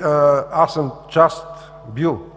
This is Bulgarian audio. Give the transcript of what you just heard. – аз съм бил